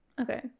okay